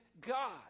God